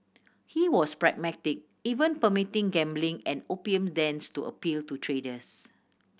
he was pragmatic even permitting gambling and opium dens to appeal to traders